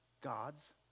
God's